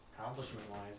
Accomplishment-wise